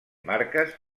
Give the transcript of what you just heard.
marques